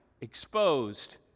exposed